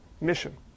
mission